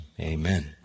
amen